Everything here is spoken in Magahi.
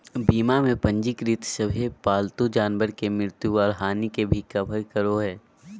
बीमा में पंजीकृत सभे पालतू जानवर के मृत्यु और हानि के भी कवर करो हइ